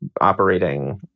operating